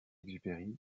exupéry